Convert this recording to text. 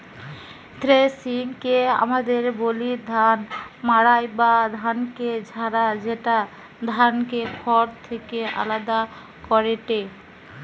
থ্রেশিংকে আমদের বলি ধান মাড়াই বা ধানকে ঝাড়া, যেটা ধানকে খড় থেকে আলদা করেটে